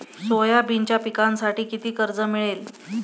सोयाबीनच्या पिकांसाठी किती कर्ज मिळेल?